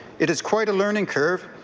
it is quite a learning curve,